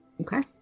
Okay